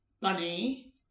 bunny